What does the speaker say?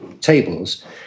tables